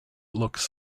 looks